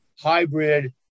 hybrid